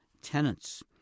tenants